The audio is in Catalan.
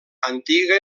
antiga